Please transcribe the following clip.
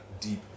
deep